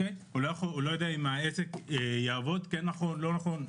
הוא לא יודע אם העסק יעבוד נכון או לא נכון,